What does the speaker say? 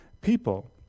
people